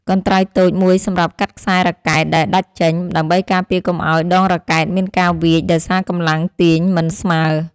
កន្ត្រៃតូចមួយសម្រាប់កាត់ខ្សែរ៉ាកែតដែលដាច់ចេញ ដើម្បីការពារកុំឱ្យដងរ៉ាកែតមានការវៀចដោយសារកម្លាំងទាញមិនស្មើ។